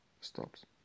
stops